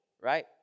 right